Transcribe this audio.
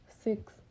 six